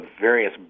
various